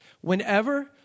Whenever